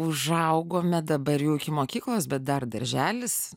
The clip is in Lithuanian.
užaugome dabar jau iki mokyklos bet dar darželis